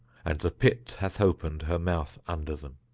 and the pit hath opened her mouth under them.